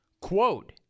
quote